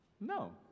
No